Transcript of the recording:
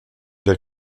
der